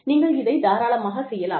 நீங்கள் இதைத் தாராளமாக செய்யலாம்